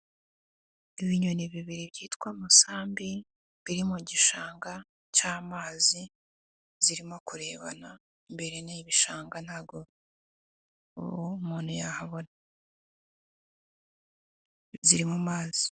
Ibinyoni bibiri byitwa umusambi biri mu gishanga cy'amazi zirimo kurebana, imbere ni ibishanga ntabwo ubu umuntu yahabona, ziri mu mazi.